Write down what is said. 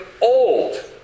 old